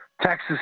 Texas